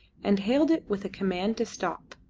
and hailed it with a command to stop.